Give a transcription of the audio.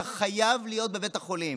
אתה חייב להיות בבית החולים.